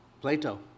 Plato